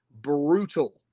brutal